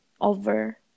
over